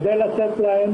כדי לתת להם